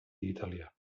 italià